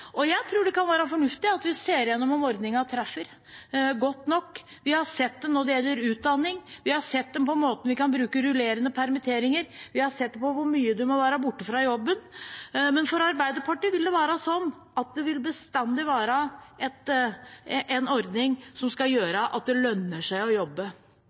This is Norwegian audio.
Jeg tror det kan være fornuftig at vi ser gjennom om ordningene treffer godt nok. Vi har sett det når det gjelder utdanning, vi har sett det på måten vi kan bruke rullerende permitteringer på, vi har sett det på hvor mye man må være borte fra jobben, men for Arbeiderpartiet vil det bestandig være sånn at det må være ordninger som gjør at det lønner seg å jobbe.